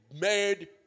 made